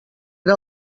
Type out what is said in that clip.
era